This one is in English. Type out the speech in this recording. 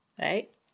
right